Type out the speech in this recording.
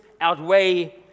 outweigh